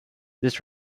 this